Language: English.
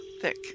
thick